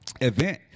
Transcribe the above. event